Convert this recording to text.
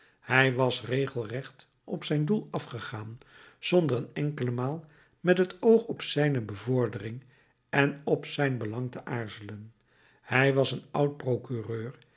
hij was regelrecht op zijn doel afgegaan zonder een enkele maal met het oog op zijne bevordering en op zijn belang te aarzelen hij was een oud procureur